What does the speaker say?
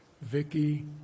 Vicky